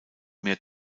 mehr